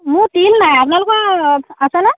মোৰ তিল নাই আপোনালোকৰ আছেনে